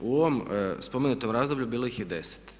U ovom spomenutom razdoblju bilo ih je 10.